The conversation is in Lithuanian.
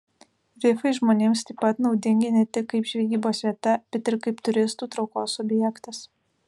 rifai žmonėms taip pat naudingi ne tik kaip žvejybos vieta bet ir kaip turistų traukos objektas